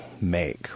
make